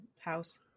house